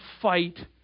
fight